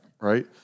Right